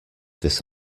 this